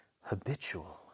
habitual